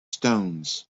stones